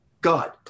God